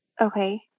okay